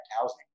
housing